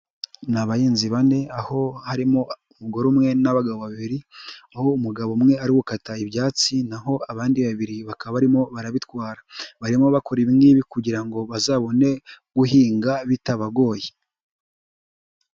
Ni abahinzi bane aho harimo umugore umwe n'abagabo babiri, aho umugabo umwe ari gukata ibyatsi naho abandi babiri bakaba barimo barabitwara. Barimo bakora ibi ngibi kugira ngo bazabone guhinga bitabagoye.